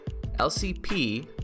LCP